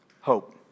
Hope